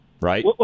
right